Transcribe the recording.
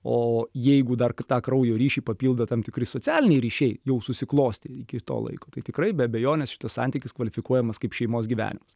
o jeigu dar kad tą kraujo ryšį papildo tam tikri socialiniai ryšiai jau susiklostę iki to laiko tai tikrai be abejonės šitas santykis kvalifikuojamas kaip šeimos gyvenimas